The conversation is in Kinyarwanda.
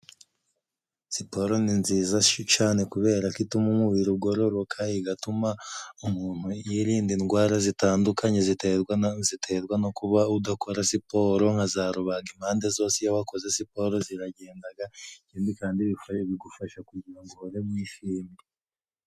Siporo ni nziza cane kubera ko ituma umubiri ugororoka, igatuma umuntu yirinda indwara zitandukanye ziterwa ziterwa no kuba udakora siporo. Nka za rubagimpande zose iyo wakoze siporo ziragendaga, ikindi kandi bigufasha kugira ngo uhore wishimye.